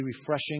refreshing